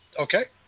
Okay